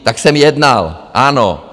Tak jsem jednal, ano?